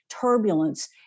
turbulence